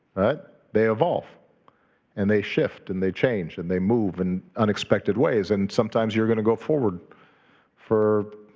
but they evolve and they shift and they change and they move in unexpected ways. and sometimes, you're gonna go forward for